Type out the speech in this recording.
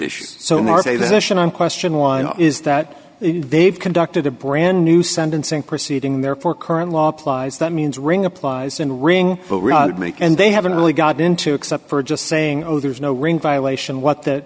issue on question one is that they've conducted a brand new sentencing proceeding therefore current law applies that means ring applies and ring and they haven't really got into except for just saying oh there's no ring violation what th